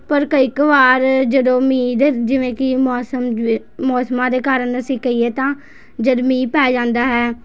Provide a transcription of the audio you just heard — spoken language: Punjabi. ਪਰ ਕਈ ਕ ਵਾਰ ਜਦੋਂ ਮੀਂਹ ਦੇ ਜਿਵੇਂ ਕਿ ਮੌਸਮ ਵਿ ਮੌਸਮਾਂ ਦੇ ਕਾਰਨ ਅਸੀਂ ਕਹੀਏ ਤਾਂ ਜਦ ਮੀਂਹ ਪੈ ਜਾਂਦਾ ਹੈ